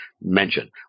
mention